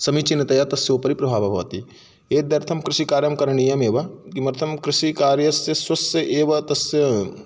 समीचीनतया तस्योपरि प्रभावः भवति एतदर्थं कृषिकार्यं करणीयमेव किमर्थं कृषिकार्यस्य स्वस्य एव तस्य